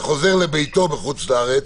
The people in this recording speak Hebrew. וחוזר לביתו בחוץ לארץ,